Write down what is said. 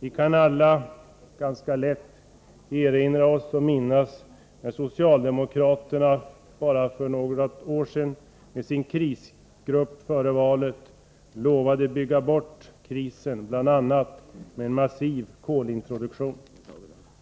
Vi minns alla när socialdemokraterna med sin krisgrupp före valet lovade att bygga bort krisen med bl.a. en massiv kolintroduktion.